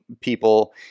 people